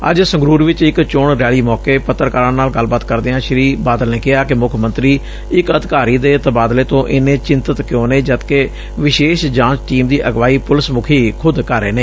ਅੱਜ ਸੰਗਰੁਰ ਵਿਚ ਇਕ ਚੋਣ ਰੈਲੀ ਸੌਕੇ ਪੱਤਰਕਾਰਾਂ ਨਾਲ ਗਲੱਬਾਤ ਕਰਦਿਆਂ ਸ੍ਰੀ ਬਾਦਲ ਨੇ ਕਿਹਾ ਕਿ ਮੁੱਖ ਮੰਤਰੀ ਇਕ ਅਧਿਕਾਰੀ ਦੇ ਤਬਾਦਲੇ ਤੋਂ ਇਨੇ ਚਿੰਤਤ ਕਿਉਂ ਨੇ ਜਦਕਿ ਵਿਸ਼ੇਸ਼ ਜਾਂਚ ਟੀਮ ਦੀ ਅਗਵਾਈ ਪੁਲਿਸ ਮੁਖੀ ਖੁਦ ਕਰ ਰਹੇ ਨੇ